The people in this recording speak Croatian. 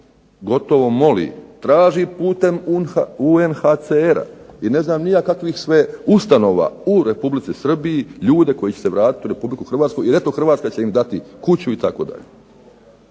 gotovo moli, traži putem UNHCR-a i ne znam kakvih sve ustanova u Republici Srbiji, ljude koji će se vratiti u REpubliku Hrvatsku i eto Hrvatska će im dati kuću itd.